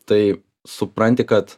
tai supranti kad